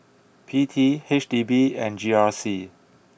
P T H D B and G R C